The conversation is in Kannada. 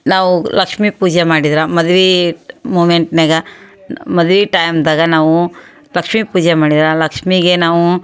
ನಾವು ಲಕ್ಷ್ಮಿ ಪೂಜೆ ಮಾಡಿದ್ರೆ ಮದ್ವೆ ಮೂಮೆಂಟಿನಾಗೆ ಮದ್ವೆ ಟೈಮ್ದಾಗೆ ನಾವು ಲಕ್ಷ್ಮಿ ಪೂಜೆ ಮಾಡಿದ್ರೆ ಆ ಲಕ್ಷ್ಮಿಗೆ ನಾವು